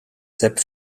sepp